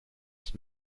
ist